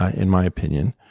ah in my opinion,